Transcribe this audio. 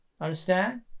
Understand